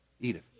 Edith